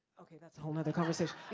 okay, that's a whole nother conversation.